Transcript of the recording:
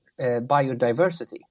biodiversity